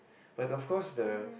but of course the